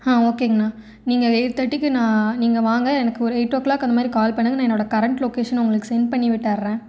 ஆ ஓகேங்கணா நீங்கள் எயிட் தேர்ட்டிக்கு நான் நீங்கள் வாங்க எனக்கு ஒரு எயிட் ஓ கிளாக் அந்தமாதிரி கால் பண்ணுங்க நான் என்னோடய கரெண்ட் லொக்கேஷன் உங்களுக்கு சென்ட் பண்ணி விட்டுடறேன்